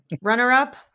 Runner-up